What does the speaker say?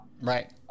right